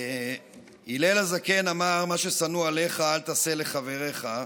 הלל הזקן אמר: מה ששנוא עליך אל תעשה לחברך,